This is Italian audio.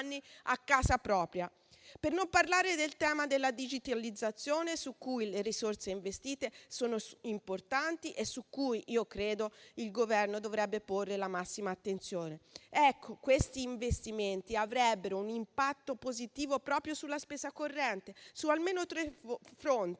a casa propria. Per non parlare del tema della digitalizzazione, su cui le risorse investite sono importanti e su cui credo il Governo dovrebbe porre la massima attenzione. Ecco, questi investimenti avrebbero un impatto positivo proprio sulla spesa corrente su almeno tre fronti: